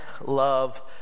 love